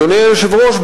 אדוני היושב-ראש,